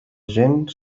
gent